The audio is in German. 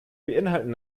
beinhalten